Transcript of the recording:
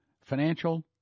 Financial